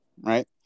right